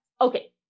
Okay